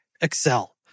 Excel